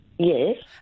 Yes